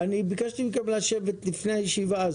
ביקשתי מכם לשבת לפני הישיבה.